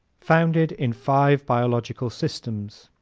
founded in five biological systems